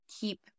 keep